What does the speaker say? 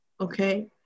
Okay